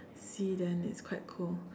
sea then it's quite cool